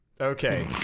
Okay